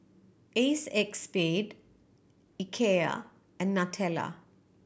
Acexspade Ikea and Nutella